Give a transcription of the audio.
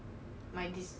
how many more days